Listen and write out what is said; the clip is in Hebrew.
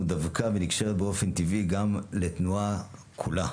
דבקה ונקשרת באופן טבעי גם לתנועה כולה.